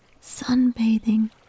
sunbathing